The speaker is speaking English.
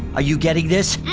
are you getting this?